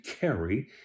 carry